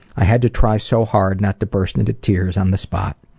i had to try so hard not to burst into tears on the spot.